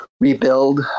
rebuild